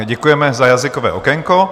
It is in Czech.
Děkujeme za jazykové okénko.